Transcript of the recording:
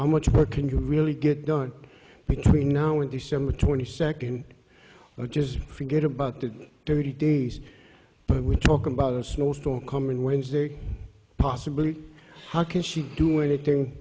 how much more can you really get done between now and december twenty second or just forget about the thirty days but we talk about a snowstorm coming wednesday possibly how can she do anything